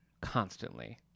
constantly